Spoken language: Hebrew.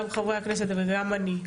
גם חברי הכנסת וגם אני,